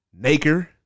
Naker